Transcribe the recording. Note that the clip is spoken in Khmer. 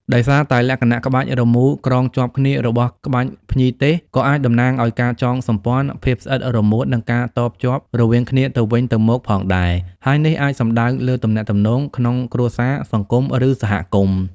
ដោយសារតែលក្ខណៈក្បាច់រមូរក្រងជាប់គ្នារបស់ក្បាច់ភ្ញីទេសក៏អាចតំណាងឱ្យ ការចងសម្ព័ន្ធ ភាពស្អិតរមួត និងការតភ្ជាប់ រវាងគ្នាទៅវិញទៅមកផងដែរ ហើយនេះអាចសំដៅលើទំនាក់ទំនង ក្នុងគ្រួសារ សង្គម ឬសហគមន៍។